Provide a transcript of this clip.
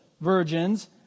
virgins